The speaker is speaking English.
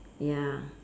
ya